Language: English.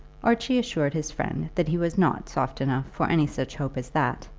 archie assured his friend that he was not soft enough for any such hope as that,